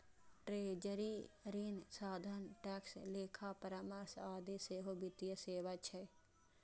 treasury, ऋण साधन, tax, लेखा परामर्श आदि सेहो वित्तीय सेवा छियै